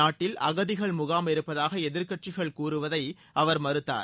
நாட்டில் அகதிகள் முகாம் இருப்பதாக எதிர்க்கட்சிகள் கூறுவதை அவர் மறுத்தார்